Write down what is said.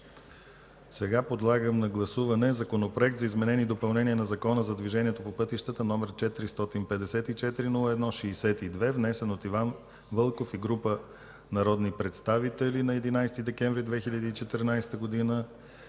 Сега подлагам на гласуване Законопроект за изменение и допълнение на Закона за движение по пътищата, № 454-01-62, внесен от Иван Вълков и група народни представители на 11 декември 2014 г.